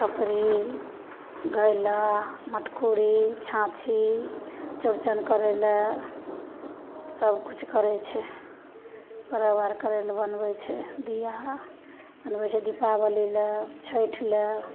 खपरी घैला मटकुरी छाँछी चौरचन करै लै सबकिछु करै छै परब आओर करै ले बनबै छै दीआ बनबै छै दीपावली ले छठि ले